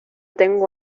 tengo